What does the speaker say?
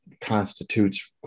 constitutes